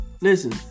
listen